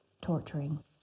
torturing